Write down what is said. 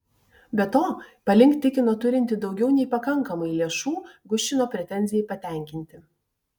be to palink tikino turinti daugiau nei pakankamai lėšų guščino pretenzijai patenkinti